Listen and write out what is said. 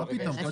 מה פתאום?